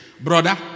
Brother